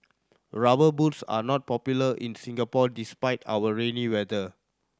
Rubber Boots are not popular in Singapore despite our rainy weather